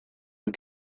mae